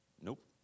nope